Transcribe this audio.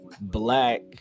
black